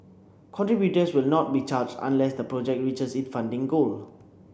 contributors will not be charged unless the project reaches its funding goal